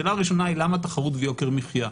השאלה הראשונה: למה תחרות ויוקר מחיה?